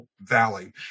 valley